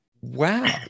Wow